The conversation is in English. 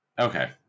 okay